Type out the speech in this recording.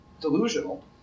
delusional